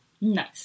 Nice